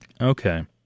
Okay